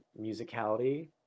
musicality